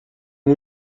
اون